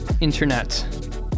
internet